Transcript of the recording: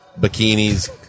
bikinis